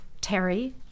Terry